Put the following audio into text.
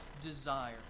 desire